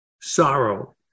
sorrow